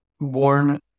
born